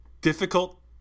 difficult